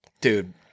dude